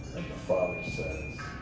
father says